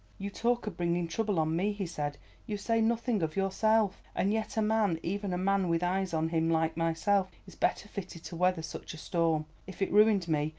you talk of bringing trouble on me, he said you say nothing of yourself, and yet a man, even a man with eyes on him like myself, is better fitted to weather such a storm. if it ruined me,